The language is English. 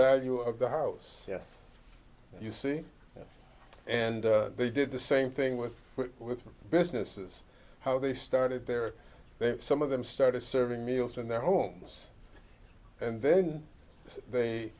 of the house yes you see and they did the same thing with with businesses how they started there some of them started serving meals in their homes and then they